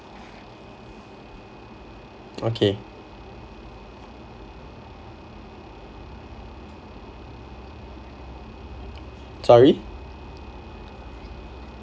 okay sorry